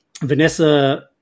Vanessa